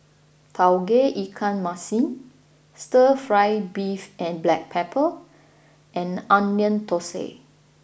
Tauge Ikan Masin Stir Fry Beef and Black Pepper and Onion Thosai